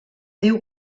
diu